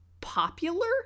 popular